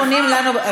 אדוני השר,